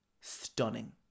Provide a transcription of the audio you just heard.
stunning